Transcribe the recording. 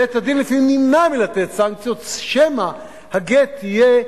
בית-הדין לפעמים נמנע מלתת סנקציות, שמא הגט יהיה,